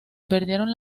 perdieron